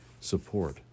support